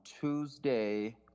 tuesday